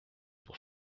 pour